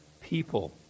people